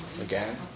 again